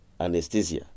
anesthesia